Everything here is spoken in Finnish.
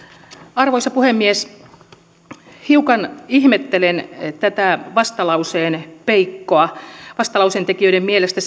arvoisa puhemies hiukan ihmettelen tätä vastalauseen peikkoa vastalauseen tekijöiden mielestä